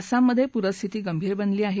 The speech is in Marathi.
आसाममध्ये पूरस्थिती गंभीर बनली आहे